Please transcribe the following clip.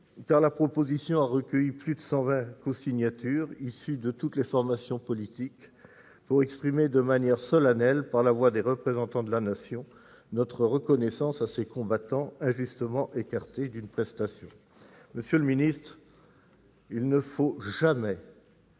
car cette proposition de loi a recueilli plus de 120 signatures issues de toutes les formations politiques, pour exprimer de manière solennelle, par la voix des représentants de la Nation, notre reconnaissance à ces combattants injustement écartés d'une prestation à laquelle ils avaient droit.